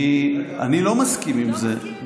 אני לא מסכים עם זה.